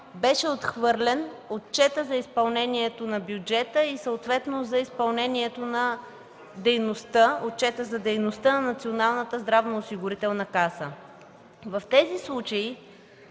беше отхвърлен отчетът за изпълнението на бюджета и съответно отчетът за изпълнение на дейността на Националната здравноосигурителна каса. В тези случаи,